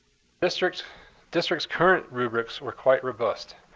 district's district's current rubrics were quite robust.